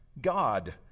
God